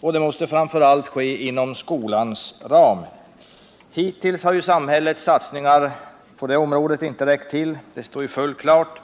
och det måste framför allt ske inom skolans ram. Hittills har samhällets satsningar på detta område inte räckt till — det står fullt klart.